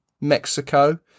Mexico